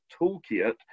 toolkit